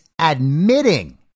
admitting